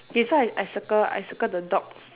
okay so I I circle I circle the dog